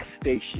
station